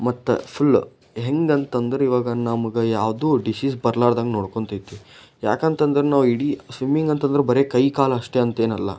ಮತ್ತೆ ಫುಲ್ ಹೆಂಗಂತಂದ್ರೆ ಈವಾಗ ನಮ್ಗೆ ಯಾವುದು ಡಿಸೀಸ್ ಬರ್ಲಾದಂತೆ ನೋಡ್ಕೊಳ್ತೈತಿ ಯಾಕಂತಂದ್ರೆ ನಾವು ಇಡೀ ಸ್ವಿಮ್ಮಿಂಗ್ ಅಂತ ಅಂದ್ರೆ ಬರೀ ಕೈ ಕಾಲು ಅಷ್ಟೇ ಅಂತೇನಲ್ಲ